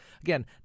again